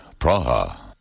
Praha